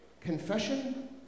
Confession